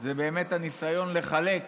זה הניסיון לחלק